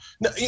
no